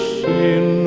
sin